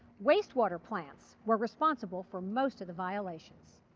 wastewater plants were responsible for most of the violations.